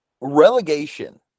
Relegation